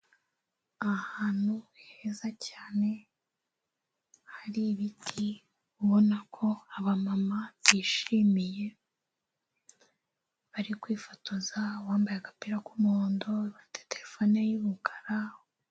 Ahantu heza cyane hari ibiti ubona ko abamama bishimiye, bari kwifotoza, uwambaye agapira k'umuhondo afite terefone y'umukara.